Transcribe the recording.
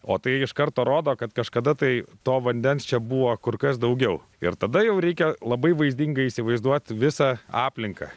o tai iš karto rodo kad kažkada tai to vandens čia buvo kur kas daugiau ir tada jau reikia labai vaizdingai įsivaizduot visą aplinką